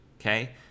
okay